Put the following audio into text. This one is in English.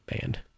band